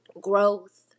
growth